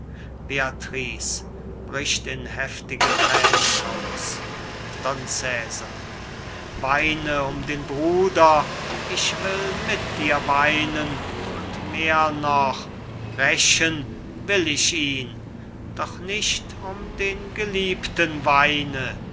in heftige thränen aus don cesar weine um den bruder ich will mit dir weinen und mehr noch rächen will ich ihn doch nicht um den geliebten weine